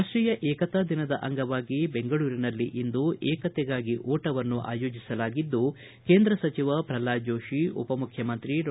ರಾಷ್ಟೀಯ ಏಕತಾ ದಿನದ ಅಂಗವಾಗಿ ಬೆಂಗಳೂರಿನಲ್ಲಿಂದು ಏಕತೆಗಾಗಿ ಓಟವನ್ನು ಆಯೋಜಿಸಲಾಗಿದ್ದು ಕೇಂದ್ರ ಸಚಿವ ಪ್ರಲ್ನಾದ ಜೋಷಿ ಉಪಮುಖ್ಯಮಂತ್ರಿ ಡಾ